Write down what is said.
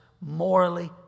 morally